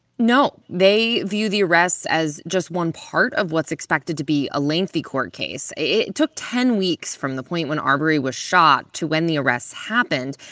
no, they view the arrests as just one part of what's expected to be a lengthy court case. it took ten weeks from the point when arbery was shot to when the arrests happened.